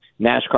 NASCAR